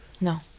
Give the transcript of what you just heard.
No